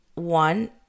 One